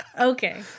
okay